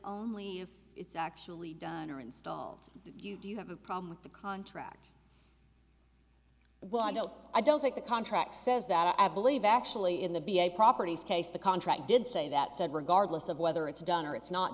only it's actually done or installed you do you have a problem with the contract well i don't i don't think the contract says that i believe actually in the b a properties case the contract did say that said regardless of whether it's done or it's not